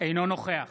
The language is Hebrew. אינו נוכח